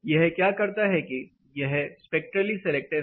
यह क्या करता है कि यह स्पेक्ट्रली सिलेक्टिव है